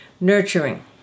Nurturing